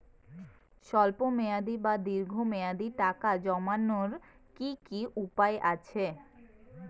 স্বল্প মেয়াদি বা দীর্ঘ মেয়াদি টাকা জমানোর কি কি উপায় আছে?